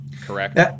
correct